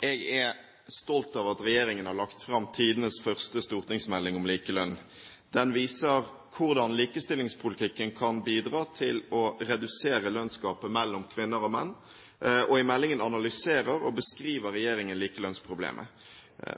Jeg er stolt over at regjeringen har lagt fram tidenes første stortingsmelding om likelønn. Den viser hvordan likestillingspolitikken kan bidra til å redusere lønnsgapet mellom kvinner og menn. I meldingen analyserer og beskriver regjeringen likelønnsproblemet.